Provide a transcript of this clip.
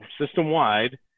system-wide